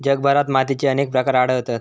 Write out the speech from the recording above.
जगभरात मातीचे अनेक प्रकार आढळतत